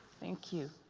thank you.